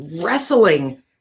wrestling